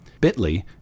Bitly